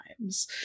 times